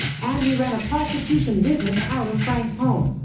and he ran a prostitution business out of frank's home.